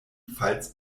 pfalz